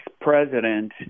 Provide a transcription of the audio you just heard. president